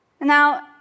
Now